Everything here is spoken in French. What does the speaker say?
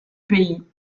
pays